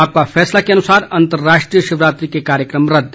आपका फैसला के अनुसार अंतराष्ट्रीय शिवरात्रि के कार्यक्रम रदद